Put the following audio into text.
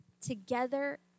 together